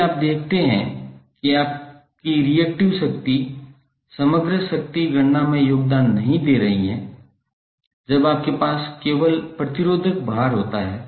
यदि आप देखते हैं कि आपकी रिएक्टिव शक्ति समग्र शक्ति गणना में योगदान नहीं दे रही है जब आपके पास केवल प्रतिरोधक भार होता है